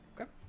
Okay